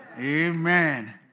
Amen